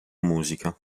musica